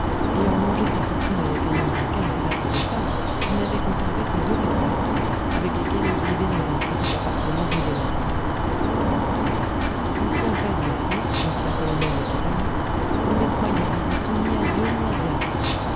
ayant mangé sa fortune avec un nombre incalculable de femmes il n'avait conservé que deux maîtresses avec lesquelles il vivait dans un petit appartement rue des martyrs ancien pair de france ancien colonel de cavalerie il ne croyait disait-on ni à dieu ni à diable